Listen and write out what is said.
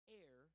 air